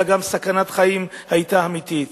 אלא גם סכנת החיים היתה אמיתית.